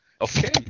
Okay